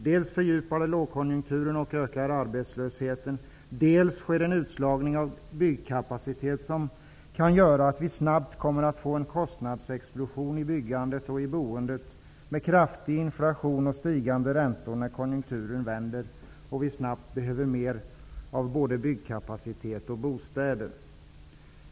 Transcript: Dels har vi en fördjupad lågkonjunktur och en ökad arbetslöshet, dels sker det en utslagning av byggkapacitet, vilket kan göra att vi snabbt kommer att få en kostnadsexplosion i byggandet och i boendet, med kraftig inflation och stigande räntor när konjunkturen vänder, då vi snabbt behöver mer av både byggkapacitet och bostäder.